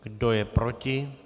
Kdo je proti?